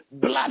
blood